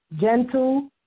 gentle